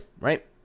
right